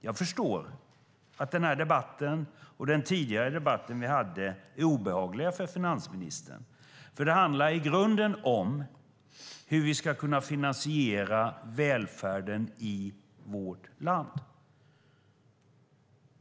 Jag förstår att denna debatt och den tidigare debatten vi hade är obehagliga för finansministern. Det handlar ju i grunden om hur vi ska finansiera välfärden i vårt land.